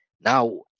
now